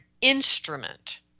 instrument